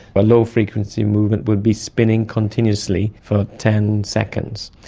a low-frequency movement would be spinning continuously for ten seconds.